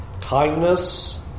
kindness